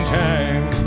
time